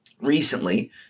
Recently